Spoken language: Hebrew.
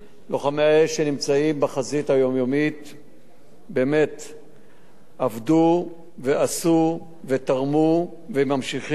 עבדו ועשו ותרמו, והם ממשיכים, והם נמצאים בחזית.